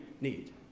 need